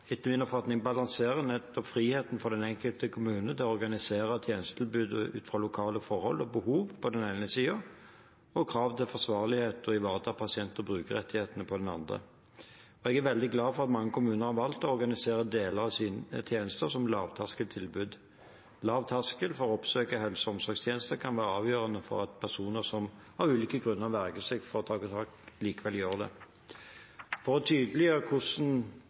Etter min oppfatning balanserer dagens regelverk friheten for den enkelte kommune til å organisere tjenestetilbudet ut fra lokale forhold og behov på den ene siden og kravet til forsvarlighet og ivaretakelse av pasient- og brukerrettigheter på den andre. Jeg er veldig glad for at mange kommuner har valgt å organisere deler av sine tjenester som lavterskeltilbud. Lav terskel for å oppsøke helse- og omsorgstjenester kan være avgjørende for at personer som av ulike grunner vegrer seg for å ta kontakt, likevel gjør det. For å tydeliggjøre hvordan